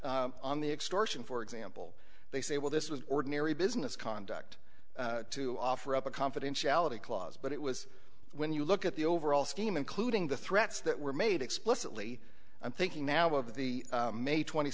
scheme on the extortion for example they say well this was ordinary business conduct to offer up a confidentiality clause but it was when you look at the overall scheme including the threats that were made explicitly i'm thinking now of the may twenty